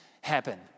happen